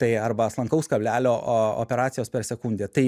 tai arba slankaus kablelio operacijos per sekundę tai